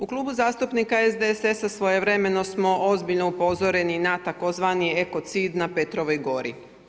U Klubu zastupnika SDSS-a svojevremeno smo ozbiljno upozoreni na tzv. ekocid na Petrovoj gori.